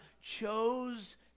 chose